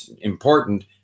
important